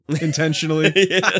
intentionally